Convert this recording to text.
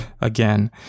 again